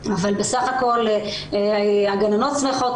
אבל בסך הכול הגננות שמחות,